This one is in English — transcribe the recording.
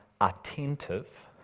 attentive